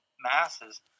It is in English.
masses